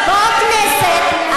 פה כנסת.